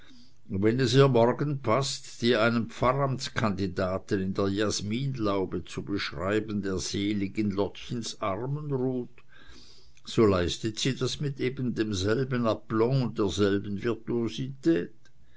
und wenn es ihr morgen paßt dir einen pfarramtskandidaten in der jasminlaube zu beschreiben der selig in lottchens armen ruht so leistet sie das mit demselben aplomb und mit derselben virtuosität